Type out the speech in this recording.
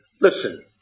listen